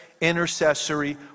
intercessory